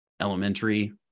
elementary